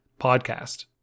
podcast